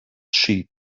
sheep